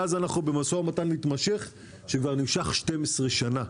מאז אנחנו במשא ומתן שכבר נמשך 12 שנה.